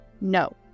No